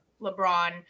LeBron